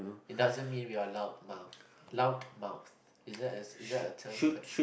it doesn't mean we are loud mouth loud mouth is that is that a term